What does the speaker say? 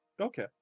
Okay